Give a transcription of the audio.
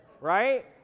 right